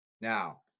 now